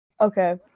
Okay